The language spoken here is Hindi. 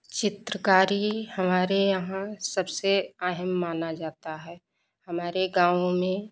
चित्रकारी हमारे यहाँ सबसे अहम माना जाता है हमारे गांव में